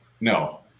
no